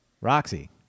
Roxy